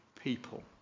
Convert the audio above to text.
people